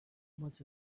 was